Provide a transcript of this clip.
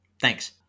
Thanks